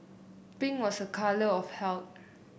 pink was a colour of health